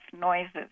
noises